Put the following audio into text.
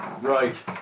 Right